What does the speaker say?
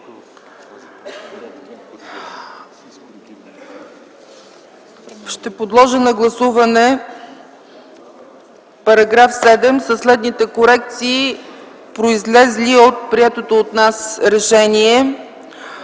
Ще подложа на гласуване § 7 със следните корекции, произлезли от приетото от нас решение: